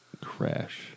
crash